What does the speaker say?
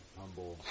humble